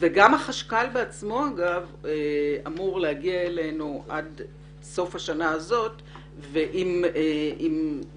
גם החשכ"ל אמור להגיע אלינו עד סוף השנה הזו עם פירוט